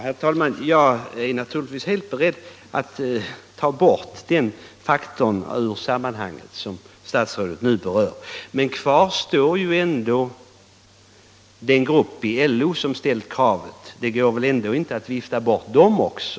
Herr talman! Jag är naturligtvis helt beredd att ta bort den faktor som statsrådet nu berör ur sammanhanget. Men kvar står ändå att en grupp inom LO har krävt total marksocialisering. Det går väl inte att vifta bort dem också.